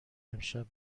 امشب